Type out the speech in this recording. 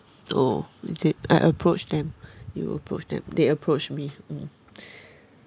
oh is it I approach them you approach them they approach me mm